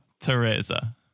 Teresa